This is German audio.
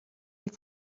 die